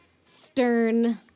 stern